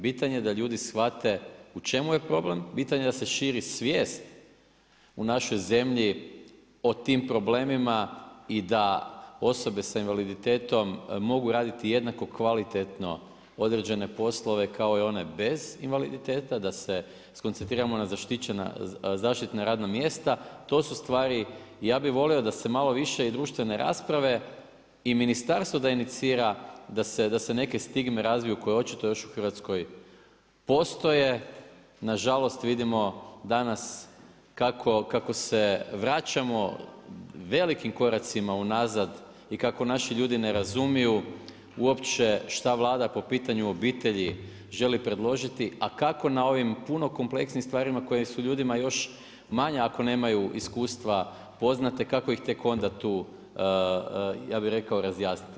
Bitan je da ljudi shvate u čemu je problem, bitan je da se šiti svijest u našoj zemlji o tim problemima i da osobe s invaliditetom mogu raditi jednako kvalitetno određene poslove kao i one bez invaliditeta da se skoncentriramo na zaštitna radna mjesta, to su stvari, ja bi volio da se malo više i društvene rasprave i ministarstvo da inicira da se nek stigme razviju koje očito još u Hrvatskoj postoje, nažalost, vidimo danas kako se vraćamo velikim koracima u nazad i kako naši ljudi ne razumiju uopće šta Vlada po pitanju obitelji želi predložiti a kako na ovim puno kompleksnijim stvarima koje su ljudima još manje ako nemaju iskustva poznati, kako ih tek onda tu ja bi rekao, razjasniti.